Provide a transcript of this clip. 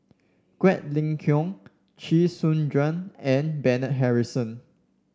Quek Ling Kiong Chee Soon Juan and Bernard Harrison